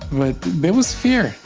but there was fear.